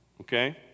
Okay